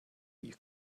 you